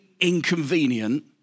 inconvenient